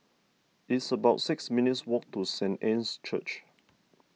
it's about six minutes' walk to Saint Anne's Church